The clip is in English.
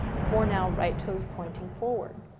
for now, right toes pointing forward.